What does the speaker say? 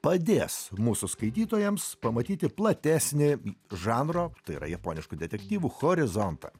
padės mūsų skaitytojams pamatyti platesnį žanro tai yra japoniškų detektyvų horizontą